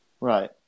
Right